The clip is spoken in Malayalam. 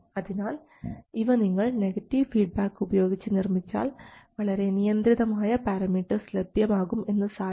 അതിനാൽ ഇവ നിങ്ങൾ നെഗറ്റീവ് ഫീഡ്ബാക്ക് ഉപയോഗിച്ച് നിർമ്മിച്ചാൽ വളരെ നിയന്ത്രിതമായ പാരമീറ്റർസ് ലഭ്യമാകും എന്ന് സാരം